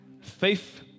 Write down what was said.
Faith